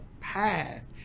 path